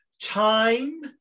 time